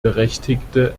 berechtigte